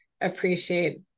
appreciate